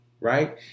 right